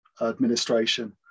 administration